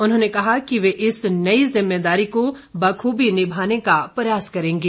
उन्होंने कहा कि वे इस नई जिम्मेदारी को बख्बी निभाने का प्रयास करेंगे